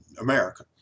America